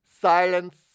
Silence